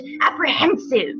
apprehensive